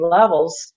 levels